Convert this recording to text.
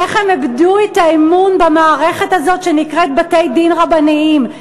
איך הן איבדו את האמון במערכת הזאת שנקראת "בתי-דין רבניים",